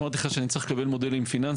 אמרתי לך שנאי צריך לקבל מודלים פיננסים.